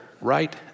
right